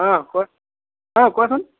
অ' কোৱা অ' কোৱাচোন